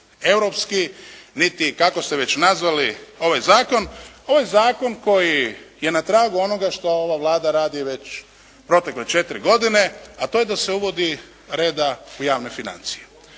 niti kako ste već nazvali ovaj zakon, to je zakon koji je na tragu onoga što ova Vlada radi već protekle 4 godine a to je da se uvodi reda u javne financije.